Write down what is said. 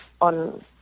on